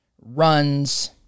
runs